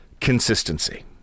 consistency